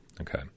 okay